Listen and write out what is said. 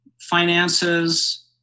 finances